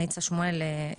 ניצה שמואלי,